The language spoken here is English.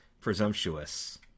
presumptuous